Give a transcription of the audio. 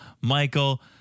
Michael